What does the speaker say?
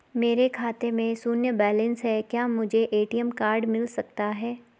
मेरे खाते में शून्य बैलेंस है क्या मुझे ए.टी.एम कार्ड मिल सकता है?